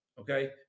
Okay